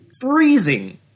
freezing